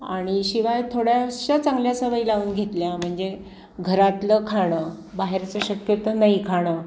आणि शिवाय थोड्याशा चांगल्या सवयी लावून घेतल्या म्हणजे घरातलं खाणं बाहेरचं शक्य तर नाही खाणं